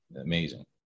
Amazing